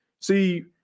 see